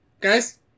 Guys